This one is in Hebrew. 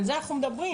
על זה אנחנו מדברים.